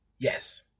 yes